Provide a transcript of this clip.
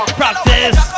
practice